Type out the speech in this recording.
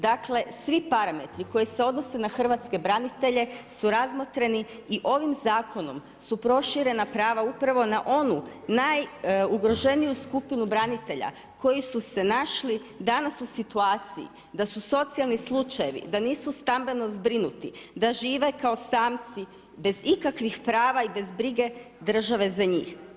Dakle, svi parametri koji se odnose na hrvatske branitelje su razmotreni i ovim zakonom su proširena prava upravo na onu najugroženiju skupinu branitelja koji su se našli danas u situaciji da su socijalni slučajevi, da nisu stambeno zbrinuti, da žive kao samci bez ikakvih prava i bez brige države za njih.